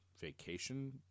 vacation